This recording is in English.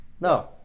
no